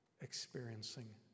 experiencing